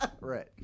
Right